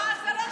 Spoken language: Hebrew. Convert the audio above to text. אה, זה לא שלך.